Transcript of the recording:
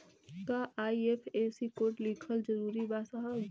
का IFSC code लिखल जरूरी बा साहब?